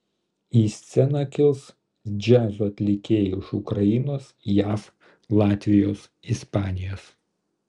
į sceną kils džiazo atlikėjai iš ukrainos jav latvijos ispanijos